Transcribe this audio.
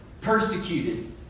Persecuted